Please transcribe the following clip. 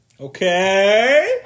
okay